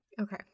Okay